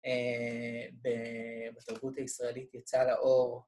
בתולדות הישראלית יצאה לאור.